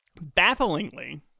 bafflingly